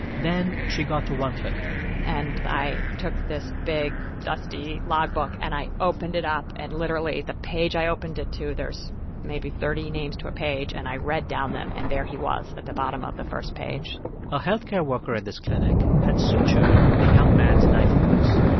then she got to one clinic and i took this big, dusty log book. and i opened it up. and literally the page, i opened it to, there's maybe thirty names to a page. and i read down them, and there he was at the bottom of the first page a health care worker at this clinic had sutured the young man's knife wounds.